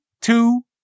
two